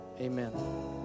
Amen